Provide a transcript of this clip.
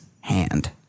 hand